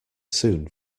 soon